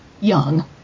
young